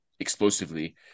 explosively